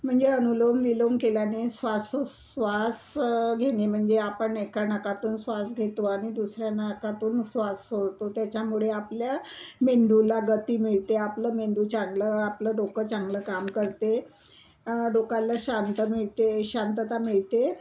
म्हणजे अनुलोम विलोम केल्याने श्वासोच्छ्वास घेणे म्हणजे आपण एका नाकातून श्वास घेतो आणि दुसऱ्या नाकातून श्वास सोडतो त्याच्यामुळे आपल्या मेंदूला गती मिळते आपलं मेंदू चांगलं आपलं डोकं चांगलं काम करते डोक्याला शांत मिळते शांतता मिळते